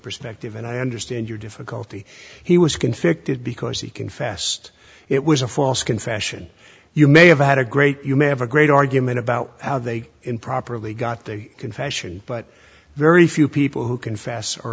perspective and i understand your difficulty he was convicted because he confessed it was a false confession you may have had a great you may have a great argument about how they improperly got the confession but very few people who c